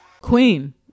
queen